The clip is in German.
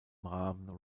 namen